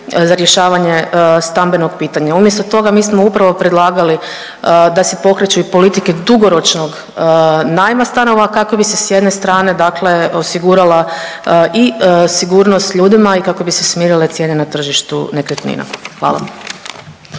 za rješavanje stambenog pitanja. Umjesto toga mi smo upravo predlagali da se pokreću i politike dugoročnog najma stanova kako bi se s jedne strane dakle osigurala i sigurnost ljudima i kako bi se smirile cijene na tržištu nekretnina, hvala.